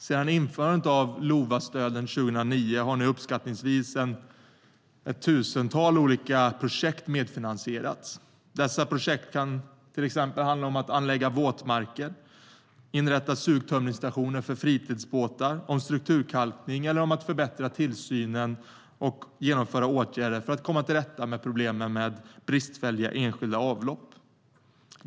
Sedan införandet av LOVA-stöden 2009 har nu uppskattningsvis ett tusental olika projekt medfinansierats. Det kan till exempel handla om att anlägga våtmarker och inrätta sugtömningsstationer för fritidsbåtar. Det kan handla om strukturkalkning eller om att förbättra tillsynen och genomföra åtgärder för att komma till rätta med problemen med bristfälliga enskilda avlopp.